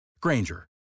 Granger